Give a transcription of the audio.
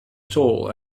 tall